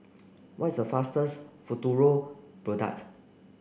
what is the fatest Futuro product